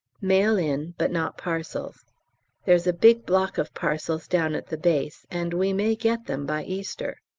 mail in, but not parcels there's a big block of parcels down at the base, and we may get them by easter.